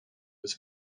was